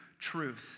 truth